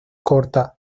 corta